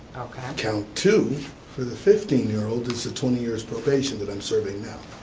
okay. count two, for the fifteen year old, is the twenty years probation that i'm serving now.